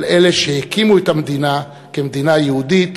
על אלה שהקימו את המדינה כמדינה יהודית,